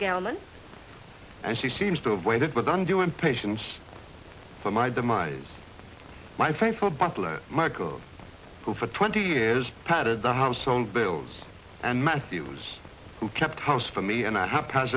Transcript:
gallant and she seems to have waited with undue impatience for my demise my faithful butler michel who for twenty years patted the household bills and matthews who kept house for me and i have p